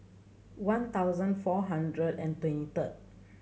one thousand four hundred and twenty third